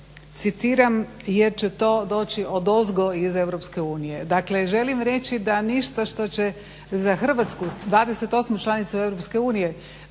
citiram: "jer će to doći odozgo iz Europske unije". Dakle želim reći da ništa što će za Hrvatsku, 28. članicu